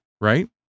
right